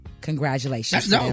Congratulations